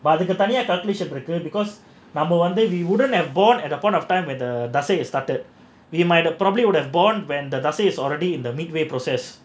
அதுக்கு தனியா இருக்கு:adhukku thaniyaa irukku because நாம வந்து:naama vandhu we wouldn't have born at that point of time where the தசை:thasai started we might uh probably would have born when the தசை:thasai is already in the midway process